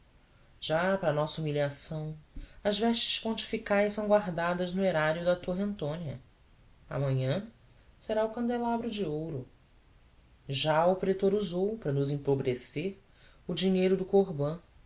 já para nossa humilhação as vestes pontificais são guardadas no erário da torre antônia amanhã será o candelabro de ouro já o pretor usou para nos empobrecer o dinheiro do corbã